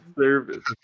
service